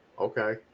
Okay